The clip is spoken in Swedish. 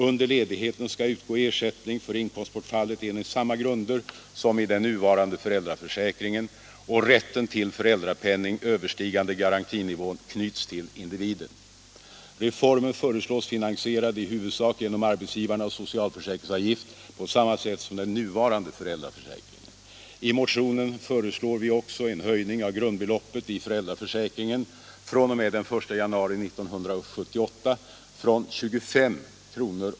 Under ledigheten skall utgå ersättning för inkomstbortfallet enligt samma grunder som i den nuvarande föräldraförsäkringen, och rätten till föräldrapenning överstigande garantinivån knyts till individen. Reformen föreslås finansierad i huvudsak genom arbetsgivarnas socialförsäkringsavgift på samma sätt som den nuvarande föräldraförsäkringen. I motionen föreslår vi också en höjning av grundbeloppet i föräldraförsäkringen fr.o.m. den 1 januari 1978 från 25 kr.